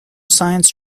science